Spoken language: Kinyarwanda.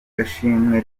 gashimwe